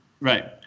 Right